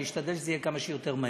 אני אשתדל שזה יהיה כמה שיותר מהר.